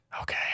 okay